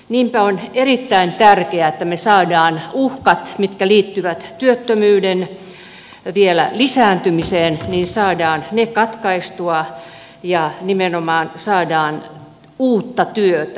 niinpä on erittäin tärkeää että me saamme uhkat mitkä liittyvät työttömyyden vielä lisääntymiseen katkaistua ja nimenomaan saadaan uutta työtä